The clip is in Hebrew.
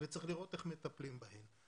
וצריך לראות איך מטפלים בהן.